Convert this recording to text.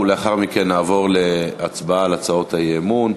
ולאחר מכן נעבור להצבעה על הצעות האי-אמון.